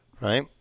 right